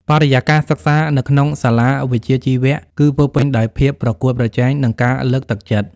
បរិយាកាសសិក្សានៅក្នុងសាលាវិជ្ជាជីវៈគឺពោរពេញដោយភាពប្រកួតប្រជែងនិងការលើកទឹកចិត្ត។